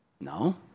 No